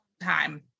time